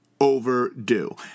overdue